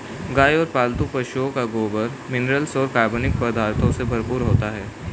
गाय और पालतू पशुओं का गोबर मिनरल्स और कार्बनिक पदार्थों से भरपूर होता है